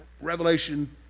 revelation